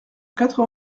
quatre